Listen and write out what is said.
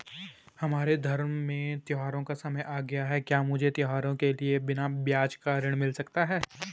हमारे धर्म में त्योंहारो का समय आ गया है क्या मुझे त्योहारों के लिए बिना ब्याज का ऋण मिल सकता है?